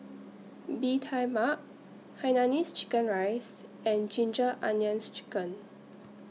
Bee Tai Mak Hainanese Chicken Rice and Ginger Onions Chicken